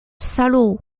salaud